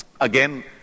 again